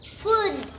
food